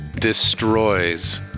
destroys